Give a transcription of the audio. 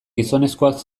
gizonezkoak